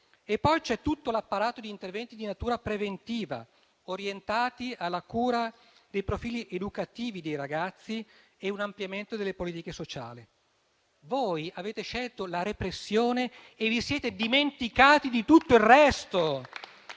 riguarda tutto l'apparato di interventi di natura preventiva, orientati alla cura dei profili educativi dei ragazzi e a un ampliamento delle politiche sociali. Voi avete scelto la repressione e vi siete dimenticati di tutto il resto.